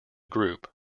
group